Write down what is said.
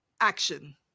action